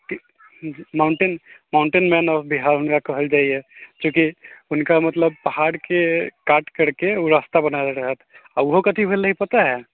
mountain mountain man of the Bihar हुनका कहल जाइए चूँकि हुनका मतलब पहाड़के काटि करके ओ रास्ता बना देले रहथि ओहो कथी भेल रहै पता हइ